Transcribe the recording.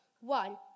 One